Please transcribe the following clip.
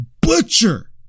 butcher